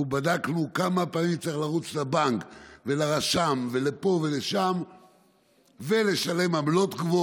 אנחנו בדקנו כמה פעמים צריך לרוץ לבנק ולרשם ולפה ולשם ולשלם עמלות,